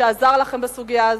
שעזר לכם בסוגיה הזאת,